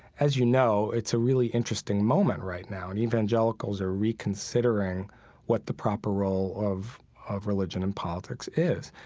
as you know, know, it's a really interesting moment right now, and evangelicals are reconsidering what the proper role of of religion and politics is.